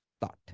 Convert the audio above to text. thought